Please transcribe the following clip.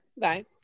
Bye